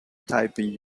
typing